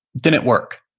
didn't work.